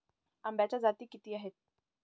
आंब्याच्या जाती किती आहेत?